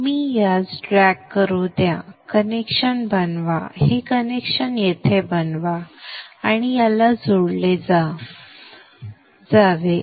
मी यास ड्रॅग करू द्या कनेक्शन बनवा हे कनेक्शन येथे बनवा आणि हे याला जोडले जावे